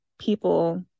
people